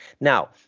Now